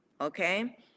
Okay